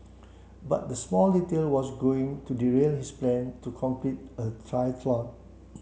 but that small detail was going to derail his plan to complete a